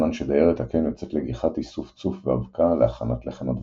בזמן שדיירת הקן יוצאת לגיחת איסוף צוף ואבקה להכנת לחם הדבורים.